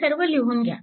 हे सर्व लिहून घ्या